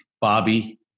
Bobby